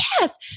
yes